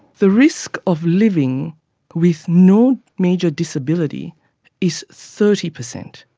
the risk of living with no major disability is thirty percent.